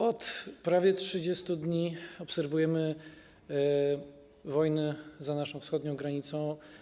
Od prawie 30 dni obserwujemy wojnę za naszą wschodnią granicą.